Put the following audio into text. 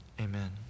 amen